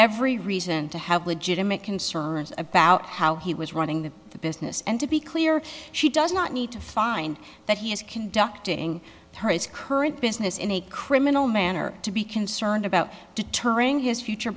every reason to have legitimate concerns about how he was running the business and to be clear she does not need to find that he is conducting his current business in a criminal manner to be concerned about deterring his future